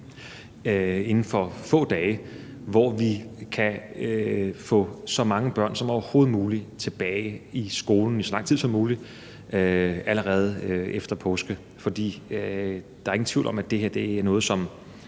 inden for få dage, hvor vi kan få så mange børn som overhovedet muligt tilbage i skolen i så lang tid som muligt allerede efter påske. For der er ingen tvivl om, at det her er et